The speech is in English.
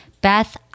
Beth